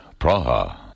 Praha